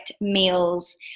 meals